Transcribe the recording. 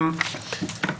שוב,